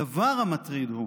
הדבר המטריד הוא